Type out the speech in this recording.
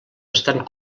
estan